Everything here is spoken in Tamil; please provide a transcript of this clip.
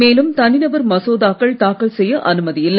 மேலும் தனிநபர் மசோதாக்கள் தாக்கல் செய்ய அனுமதியில்லை